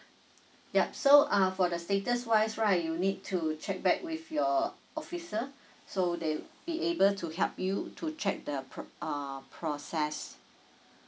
yup so uh for the status wise right you need to check back with your officer so they be able to help you to check the pro~ uh process